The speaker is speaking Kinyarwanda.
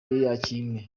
yakinwe